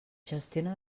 gestiona